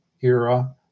era